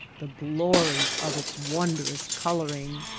the glory of its wondrous coloring!